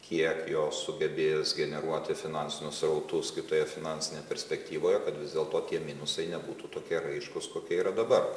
kiek jos sugebės generuoti finansinius srautus kitoje finansinėje perspektyvoje kad vis dėlto tie minusai nebūtų tokie raiškūs kokie yra dabar